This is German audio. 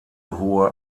hohe